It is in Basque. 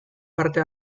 parte